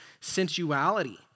sensuality